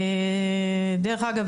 דרך אגב,